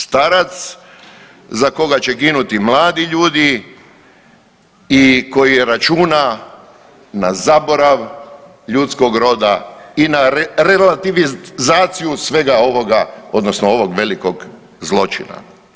Starac za koga će ginuti mladi ljudi i koji računa na zaborav ljudskog roda i na relativizaciju svega ovoga odnosno ovog velikog zločina.